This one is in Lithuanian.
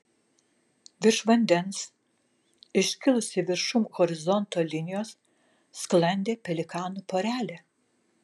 virš vandens iškilusi viršum horizonto linijos sklandė pelikanų porelė